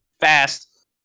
fast